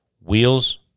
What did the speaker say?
Wheels